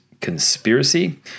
Conspiracy